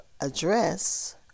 address